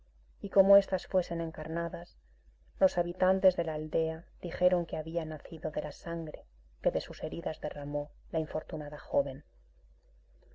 y como estas fuesen encarnadas los habitantes de la aldea dijeron que habían nacido de la sangre que de sus heridas derramó la infortunada joven